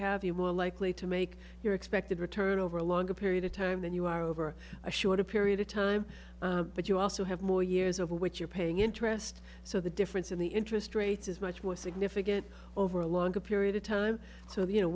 have you are likely to make your expected return over a longer period of time than you are over a shorter period of time but you also have more years of what you're paying interest so the difference in the interest rates is much more significant over a longer period of time so the you know